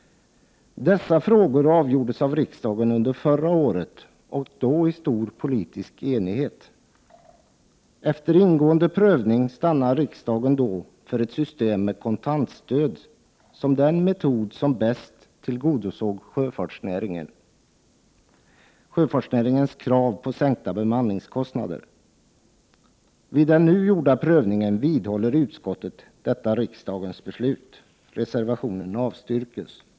Dessa frågor avgjordes av riksdagen under förra riksmötet, och då i stor politisk enighet. Efter ingående prövning stannade riksdagen då för ett system med kontantstöd som den metod som bäst tillgodosåg sjöfartsnäringens krav på sänkta bemanningskostnader. Vid den nu gjorda prövningen vidhåller man i utskottet riksdagens beslut. Jag yrkar avslag på reservation 1.